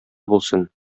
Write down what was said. булсын